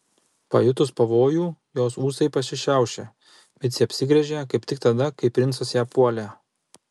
pajutus pavojų jos ūsai pasišiaušė micė apsigręžė kaip tik tada kai princas ją puolė